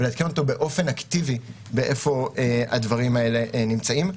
ולעדכן אותו באופן אקטיבי איפה הדברים האלה נמצאים.